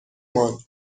ماند